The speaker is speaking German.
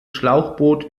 schlauchboot